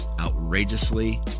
outrageously